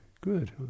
good